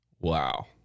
Wow